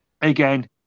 Again